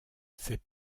ses